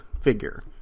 figure